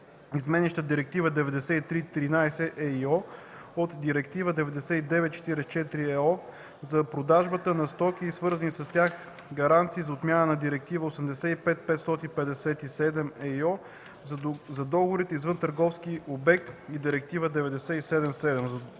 изменяща Директива 93/13/ЕИО и Директива 99/44/ЕО за продажбата на стоки и свързаните с тях гаранции и за отмяна на Директива 85/557/ЕИО за договорите извън търговския обект и Директива 97/7/ЕО